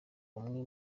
umwe